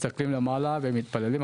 מסתכלים למעלה ומתפללים,